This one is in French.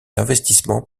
l’investissement